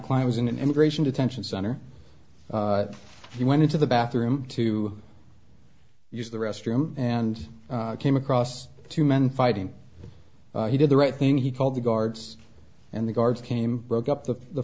client was in an immigration detention center he went into the bathroom to use the restroom and came across two men fighting he did the right thing he called the guards and the guards came broke up took the